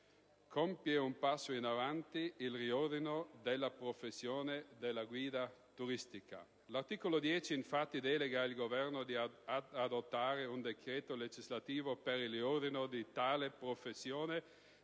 Compie un passo in avanti il riordino della professione di guida turistica. L'articolo 10, infatti, delega il Governo ad adottare un decreto legislativo per il riordino di tale professione,